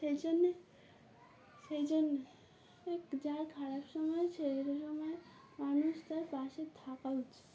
সেই জন্যে সেই জন্যে যা খারাপ সময় সেই সময় মানুষ তার পাশে থাকা উচিত